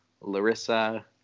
Larissa